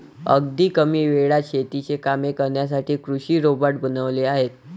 अगदी कमी वेळात शेतीची कामे करण्यासाठी कृषी रोबोट बनवले आहेत